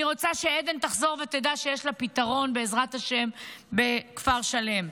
אני רוצה שעדן תחזור ותדע שיש לה פתרון בכפר שלם,